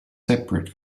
separate